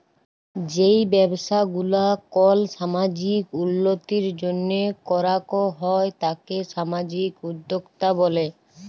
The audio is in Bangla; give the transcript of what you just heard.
যেই ব্যবসা গুলা কল সামাজিক উল্যতির জন্হে করাক হ্যয় তাকে সামাজিক উদ্যক্তা ব্যলে